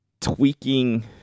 tweaking